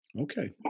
Okay